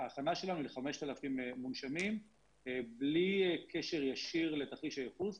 ההכנה שלנו היא ל-5,000 מונשמים בלי קשר ישיר לתרחיש הייחוס.